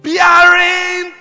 Bearing